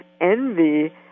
envy